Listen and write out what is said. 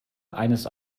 eines